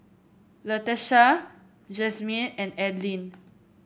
Latesha Jasmyn and Adline